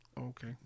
okay